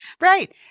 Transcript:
Right